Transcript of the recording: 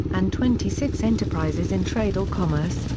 and twenty six enterprises in trade or commerce,